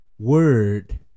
Word